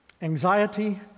Anxiety